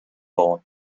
born